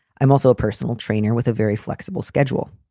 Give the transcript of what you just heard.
i'm also a personal trainer with a very flexible schedule.